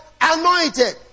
anointed